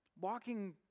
walking